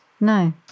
No